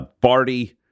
Barty